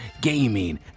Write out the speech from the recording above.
gaming